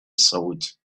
thought